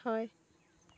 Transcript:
হয়